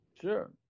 Sure